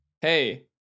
hey